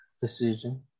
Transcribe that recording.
Decision